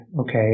okay